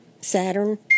Saturn